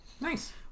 nice